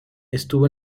estuvo